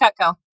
Cutco